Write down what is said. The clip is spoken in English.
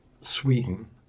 Sweden